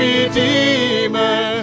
Redeemer